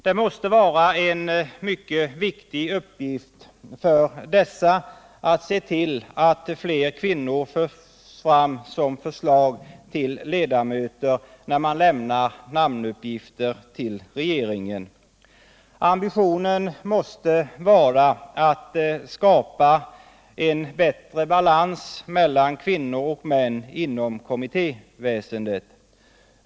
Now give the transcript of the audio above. Det måste vara en mycket viktig uppgift för dessa organisationer att se till att fler kvinnor förs fram när man lämnar förslag till ledamöter. Ambitionen måste vara att skapa bättre balans mellan kvinnor och män inom kommittéväsendet.